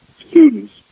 students